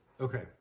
Okay